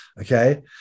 Okay